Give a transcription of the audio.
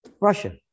Russia